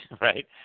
right